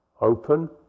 open